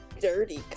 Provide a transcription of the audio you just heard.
Dirty